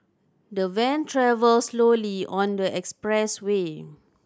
the van travelled slowly on the express way